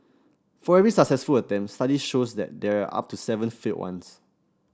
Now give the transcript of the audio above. for every successful attempt studies show there are up to seven failed ones